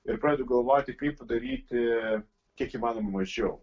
ir pradedu galvoti kaip daryti kiek įmanoma mažiau